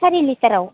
सारि लिटाराव